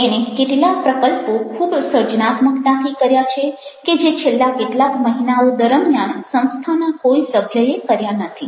તેણે કેટલા પ્રકલ્પો ખૂબ સર્જનાત્મકતાથી કર્યા છે કે જે છેલ્લા કેટલાક મહિનાઓ દરમિયાન સંસ્થાના કોઈ સભ્યએ કર્યા નથી